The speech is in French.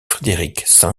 frédéric